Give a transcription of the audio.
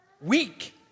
weak